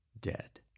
dead